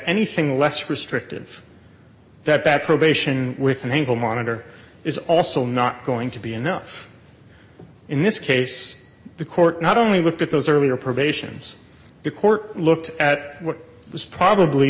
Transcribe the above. anything less restrictive that that probation with an ankle monitor is also not going to be enough in this case the court not only looked at those earlier probations the court looked at what was probably